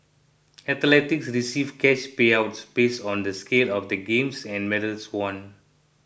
athletes receive cash payouts based on the scale of the games and medals won